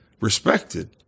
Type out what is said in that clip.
respected